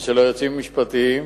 ושל היועצים המשפטיים,